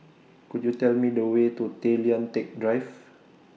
Could YOU Tell Me The Way to Tay Lian Teck Drive